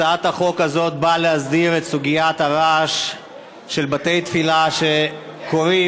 הצעת החוק הזו באה להסדיר את סוגיית הרעש של בתי-תפילה שקוראים,